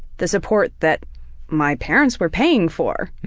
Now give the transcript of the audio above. the support that my parents were paying for.